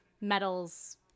medals